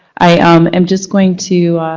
i um am just going to